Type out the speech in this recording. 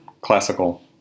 classical